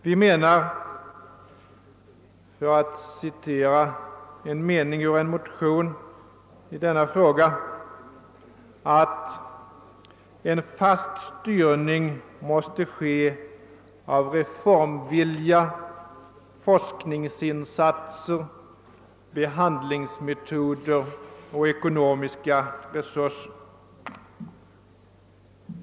Vi menar, för att citera en mening ur en motion i denna fråga, att »en fast styrning måste ske av reformvilja, forskningsinsatser, behandlingsmetoder och ekonomiska resurser».